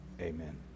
amen